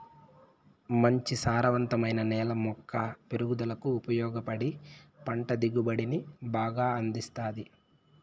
మంచి సారవంతమైన నేల మొక్క పెరుగుదలకు ఉపయోగపడి పంట దిగుబడిని బాగా అందిస్తాది